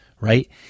right